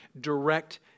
direct